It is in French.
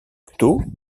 taux